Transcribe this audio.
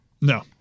no